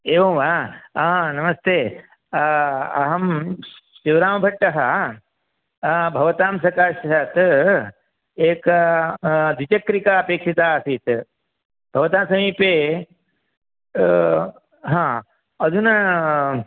एवं वा आ नमस्ते अहं शिवरामभट्टः भवतां सकाशात् एका द्विचक्रिका अपेक्षिता आसीत् भवतः समीपे हा अधुना